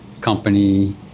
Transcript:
company